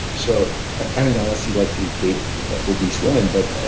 so ah um and unless you like to date obese women. but